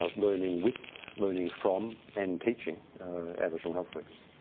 ah learning with, learning from, and teaching aboriginal health workers.